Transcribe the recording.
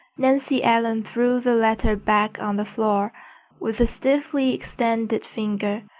nancy ellen threw the letter back on the floor with a stiffly extended finger,